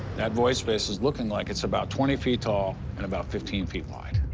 that void space is looking like it's about twenty feet tall and about fifteen feet wide.